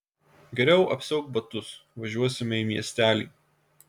geriau apsiauk batus važiuosime į miestelį